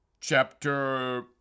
Chapter